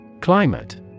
Climate